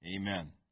Amen